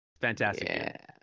Fantastic